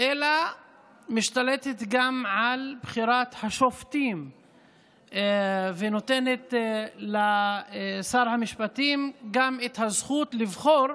אלא משתלט גם על בחירת השופטים ונותן לשר המשפטים גם את הזכות לבחור